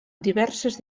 diverses